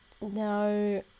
No